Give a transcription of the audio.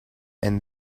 and